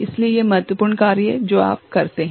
इसलिए ये महत्वपूर्ण कार्य हैं जो आप करते हैं